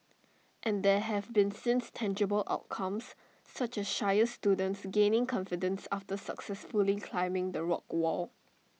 and there have been since tangible outcomes such as shyer students gaining confidence after successfully climbing the rock wall